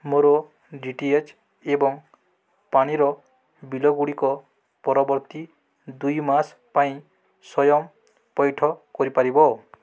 ମୋର D T H ଏବଂ ପାଣିର ବିଲ୍ଗୁଡ଼ିକ ପରବର୍ତ୍ତୀ ଦୁଇ ମାସ ପାଇଁ ସ୍ଵୟଂ ପଇଠ କରି ପାରିବ